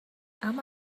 اما